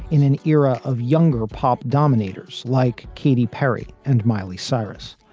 in an era of younger pop dominators like katy perry and miley cyrus.